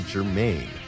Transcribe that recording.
Germain